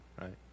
right